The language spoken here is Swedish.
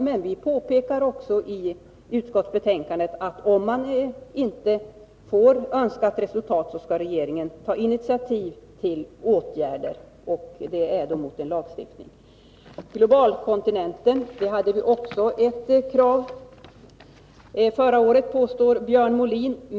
Men vi påpekar också i utskottsbetänkandet att om man inte får önskat resultat, skall regeringen ta initiativ till åtgärder — även mot en lagstiftning. Vi hade också förra året ett krav om globalkontingenter, påstår Björn Molin.